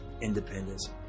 independence